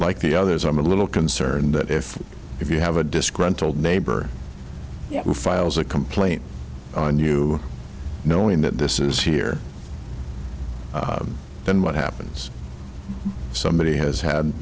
like the others i'm a little concerned that if if you have a disgruntled neighbor who files a complaint on you knowing that this is here then what happens if somebody has had